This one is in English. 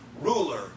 ruler